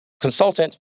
consultant